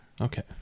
Okay